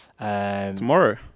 Tomorrow